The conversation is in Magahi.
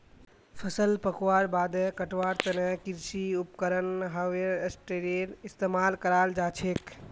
फसल पकवार बादे कटवार तने कृषि उपकरण हार्वेस्टरेर इस्तेमाल कराल जाछेक